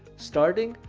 starting,